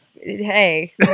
hey